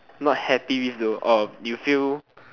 not happy with though or you feel